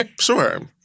Sure